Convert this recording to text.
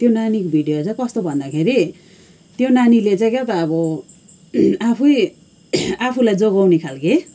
त्यो नानीको भिडियो चाहिँ कस्तो भन्दाखेरि त्यो नानीले चाहिँ के हो अब आफै आफूलाई जोगाउने खालके